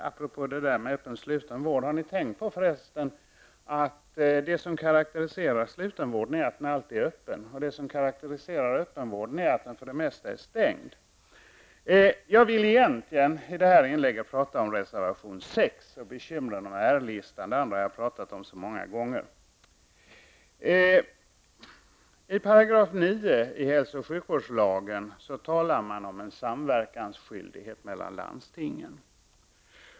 Apropå öppen och sluten vård, har ni tänkt på för resten att det som karakteriserar slutenvården är att den alltid är öppen och att det som karakteriserar öppenvården är att den för det mesta är stängd? Jag vill egentligen i det här inlägget prata om reservation 6 och bekymren med R-listan. Det andra har jag pratat om så många gånger. I 9 § hälso och sjukvårdslagen talas om samverkansskyldighet mellan landstingen.